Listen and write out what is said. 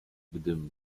gdym